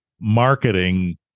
marketing